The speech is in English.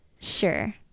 sure